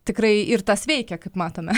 tikrai ir tas veikia kaip matome